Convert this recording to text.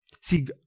See